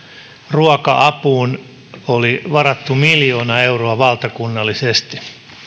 ruoka apuun oli varattu miljoona euroa valtakunnallisesti